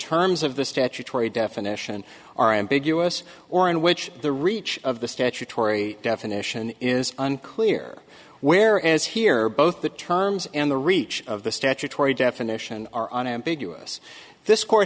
terms of the statutory definition are ambiguous or in which the reach of the statutory definition is unclear whereas here both the terms and the reach of the statutory definition are unambiguous this court